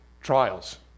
trials